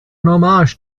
homage